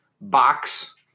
box